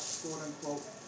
quote-unquote